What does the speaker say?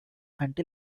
until